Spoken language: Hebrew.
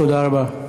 תודה רבה.